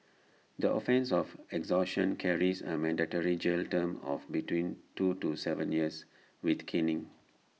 the offence of extortion carries A mandatory jail term of between two to Seven years with caning